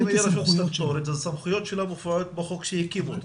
אבל אם היא רשות סטטוטורית אז הסמכויות שלה מופיעות בחוק שהקימו אותה.